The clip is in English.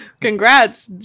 Congrats